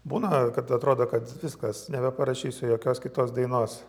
būna kad atrodo kad viskas nebeparašysiu jokios kitos dainos